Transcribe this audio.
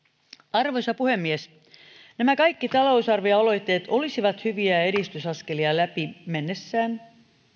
arvoisa puhemies nämä kaikki talousarvioaloitteet olisivat hyviä edistysaskelia läpi mennessään